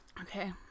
Okay